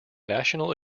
national